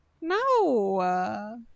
No